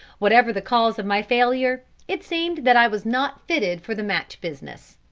whatever the cause of my failure, it seemed that i was not fitted for the match-business.